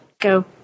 go